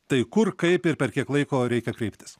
tai kur kaip ir per kiek laiko reikia kreiptis